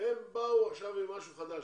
שהם באו עכשיו עם משהו חדש,